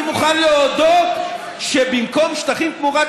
אני מוכן להודות שבמקום שטחים תמורת